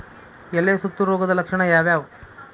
ಎಲೆ ಸುತ್ತು ರೋಗದ ಲಕ್ಷಣ ಯಾವ್ಯಾವ್?